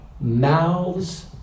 mouths